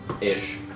ish